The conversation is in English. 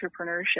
entrepreneurship